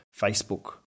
Facebook